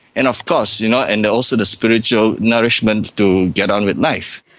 and of course you know and also the spiritual nourishment to get on with life.